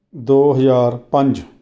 ਦੋ ਹਜ਼ਾਰ ਪੰਜ